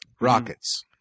Rockets